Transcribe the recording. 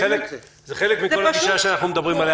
זה חלק מכל הגישה שאנחנו מדברים עליה.